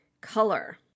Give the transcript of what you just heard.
color